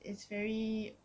it's very